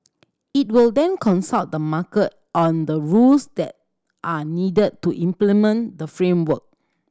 it will then consult the market on the rules that are needed to implement the framework